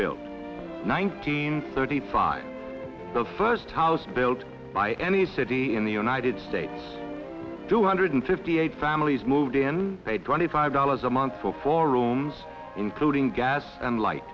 built nineteen thirty five the first house built by any city in the united states two hundred fifty eight families moved in paid twenty five dollars a month for four ohms including gas and li